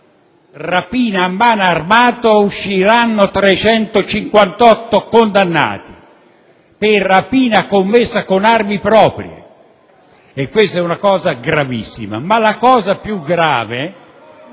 rapina a mano armata usciranno 358 condannati: per rapina commessa con armi proprie. Questa è una cosa gravissima. Ma la cosa più grave...